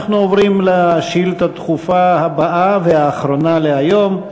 אנחנו עוברים לשאילתה הדחופה הבאה והאחרונה להיום: